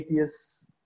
ATS